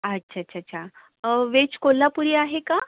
अच्छा अच्छा अच्छा व्हेज कोल्हापुरी आहे का